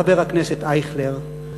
חבר הכנסת אייכלר,